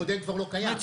כי הקודם כבר לא קיים.